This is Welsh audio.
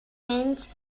mynd